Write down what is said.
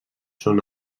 són